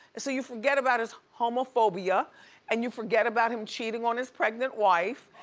so you forget about his homophobia and you forget about him cheating on his pregnant wife.